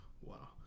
Wow